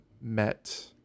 Met